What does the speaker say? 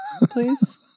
please